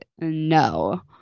no